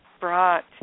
brought